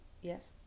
yes